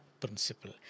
principle